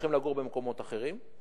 הולכים לגור במקומות אחרים.